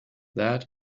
that